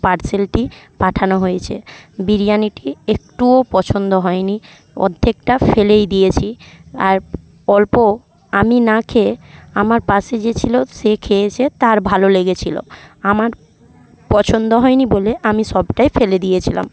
পার্সেলটি পাঠানো হয়েছে বিরিয়ানিটি একটুও পছন্দ হয় নি অর্ধেকটা ফেলেই দিয়েছি আর অল্প আমি না খেয়ে আমার পাশে যে ছিলো সে খেয়েছে তার ভালো লেগেছিলো আমার পছন্দ হয় নি বলে আমি সবটাই ফেলে দিয়েছিলাম